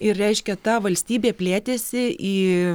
ir reiškia ta valstybė plėtėsi į